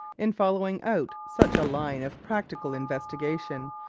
in following out such a line of practical investigation,